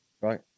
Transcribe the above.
right